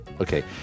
Okay